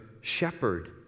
shepherd